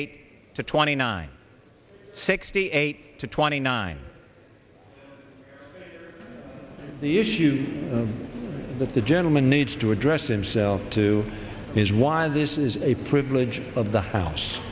eight to twenty nine sixty eight to twenty nine the issues that the gentleman needs to address themselves to is why this is a privilege of the house